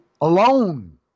alone